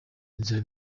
inzira